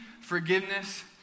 forgiveness